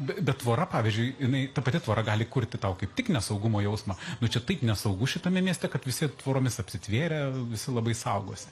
bet tvora pavyzdžiui jinai ta pati tvora gali kurti tau kaip tik nesaugumo jausmą nu čia taip nesaugu šitame mieste kad visi tvoromis apsitvėrę visi labai saugosi